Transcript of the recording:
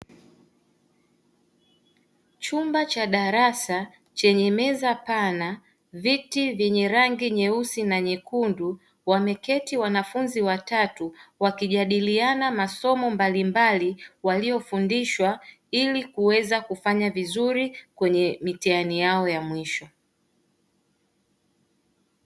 Chumba cha darasa chenye meza pana, viti vyenye rangi nyeusi na nyekundu, wameketi wanafunzi watatu wakijadiliana masomo mbalimbali waliofundishwa, ili kuweza kufanya vizuri kwenye mitihani yao ya mwisho.